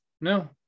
No